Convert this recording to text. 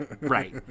Right